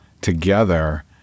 together